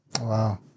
Wow